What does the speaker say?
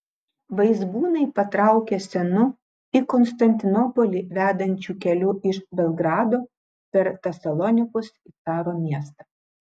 vaizbūnai patraukė senu į konstantinopolį vedančiu keliu iš belgrado per tesalonikus į caro miestą